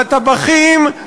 לטבחים,